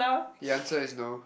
the answer is no